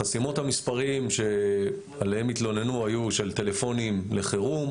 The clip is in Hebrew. חסימות המספרים שעליהם התלוננו היו של טלפונים לחירום,